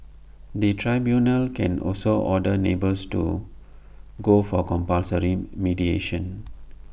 the tribunals can also order neighbours to go for compulsory mediation